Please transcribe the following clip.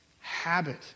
habit